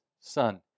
Son